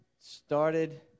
started